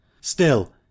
Still